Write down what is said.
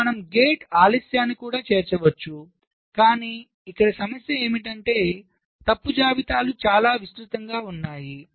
ఇక్కడ మనం గేట్ల ఆలస్యాన్ని కూడా చేర్చవచ్చు కాని ఇక్కడ సమస్య ఏమిటంటే తప్పు జాబితాలు చాలా విస్తృతంగా ఉన్నాయి